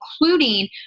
including